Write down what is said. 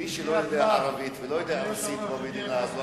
מי שלא יודע ערבית ולא יודע רוסית במדינה הזאת,